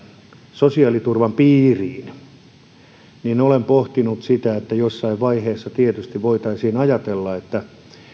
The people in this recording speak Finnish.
sosiaaliturvan piiriin olen pohtinut sitä että jossain vaiheessa tietysti voitaisiin ajatella että